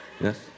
Yes